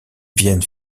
vienne